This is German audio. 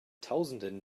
tausenden